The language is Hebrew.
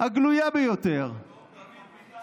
הגלויה ביותר, פתאום דוד ביטן מעניין אותו.